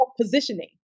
positioning